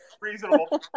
reasonable